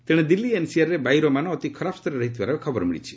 ତେଶେ ଦିଲ୍ଲୀ ଏନ୍ସିଆର୍ରେ ବାୟୁରମାନ ଅତି ଖରାପ ସ୍ତରରେ ରହିଥିବାର ଖବର ମିଳିଛି